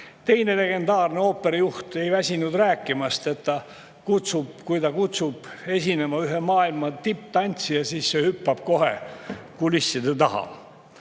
teine legendaarne ooperijuht ei väsinud rääkimast, et kui ta kutsub esinema ühe maailma tipptantsija, siis see hüppab kohe kulisside taha.